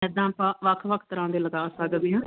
ਇੱਦਾਂ ਵੱਖ ਵੱਖ ਵੱਖ ਤਰ੍ਹਾਂ ਦੇ ਲਗਾ ਸਕਦੇ ਹਾਂ